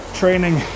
training